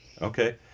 Okay